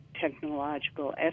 technological